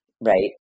right